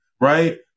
right